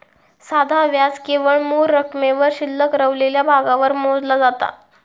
साधा व्याज केवळ मूळ रकमेवर शिल्लक रवलेल्या भागावर मोजला जाता